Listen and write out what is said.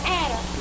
adder